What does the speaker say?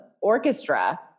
orchestra